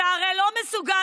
אתה הרי לא מסוגל,